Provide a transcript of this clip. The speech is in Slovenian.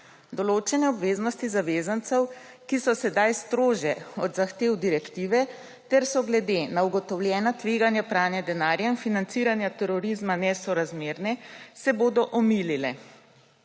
Določene obveznosti zavezancev, ki so sedaj strožje od zahtev direktive ter so glede na ugotovljena tveganja pranja denarja in financiranja terorizma nesorazmerne, se bodo omilile,